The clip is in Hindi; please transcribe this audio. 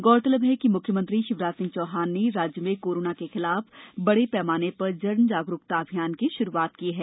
गौरतलब है कि मुख्यमंत्री शिवराज सिंह चौहान ने राज्य में कोरोना के खिलाफ बड़े पैमाने पर जन जागरूकता अभियान की श्रुआत की है